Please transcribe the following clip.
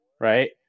right